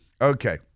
Okay